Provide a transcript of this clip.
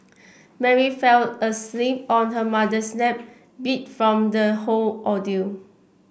Mary fell asleep on her mother's lap beat from the whole ordeal